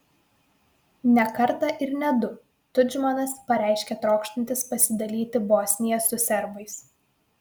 ne kartą ir ne du tudžmanas pareiškė trokštantis pasidalyti bosniją su serbais